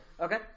Okay